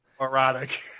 erotic